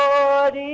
Lord